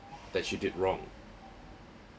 that she did wrong